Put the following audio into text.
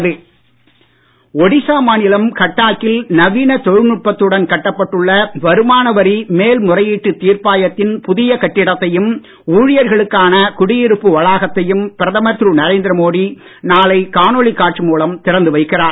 மோடி அலுவலகம் ஒடிசா மாநிலம் கட்டாக்கில் நவீன தொழில்நுட்பத்துடன் கட்டப்பட்டுள்ள வருமானவரி மேல் முறையீட்டு தீர்ப்பாயத்தின் புதிய கட்டிடத்தையும் ஊழியர்களுக்கான குடியிருப்பு வளாகத்தையும் பிரதமர் திரு நரேந்திர மோடி நாளை காணொலி காட்சி மூலம் திறந்து வைக்கிறார்